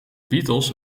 beatles